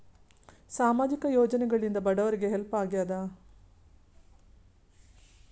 ಸಾಮಾಜಿಕ ಯೋಜನೆಗಳಿಂದ ಬಡವರಿಗೆ ಹೆಲ್ಪ್ ಆಗ್ಯಾದ?